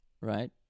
right